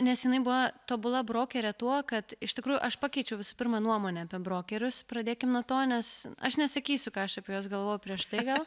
nes jinai buvo tobula brokerė tuo kad iš tikrųjų aš pakeičiau visų pirma nuomonę apie brokerius pradėkim nuo to nes aš nesakysiu ką aš apie juos galvojau prieš tai gal